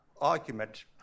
argument